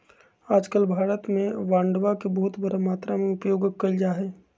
आजकल भारत में बांडवा के बहुत बड़ा मात्रा में उपयोग कइल जाहई